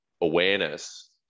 awareness